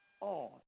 on